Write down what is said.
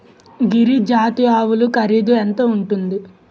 గిరి జాతి ఆవులు ఖరీదు ఎంత ఉంటుంది?